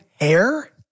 hair